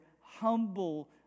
humble